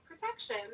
protection